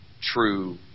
true